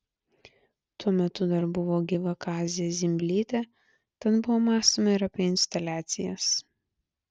tuo metu dar buvo gyva kazė zimblytė tad buvo mąstoma ir apie instaliacijas